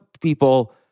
people